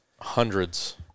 hundreds